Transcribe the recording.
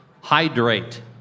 Hydrate